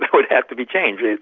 like would have to be changed.